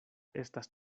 estas